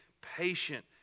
patient